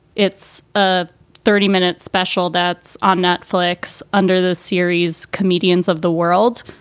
it's a thirty minute special that's on netflix. under the series comedians of the world,